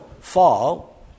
fall